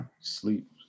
Sleep